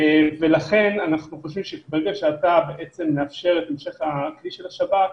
ולכן אנחנו חושבים שברגע שאתה בעצם מאפשר את המשך הכלי של השב"כ,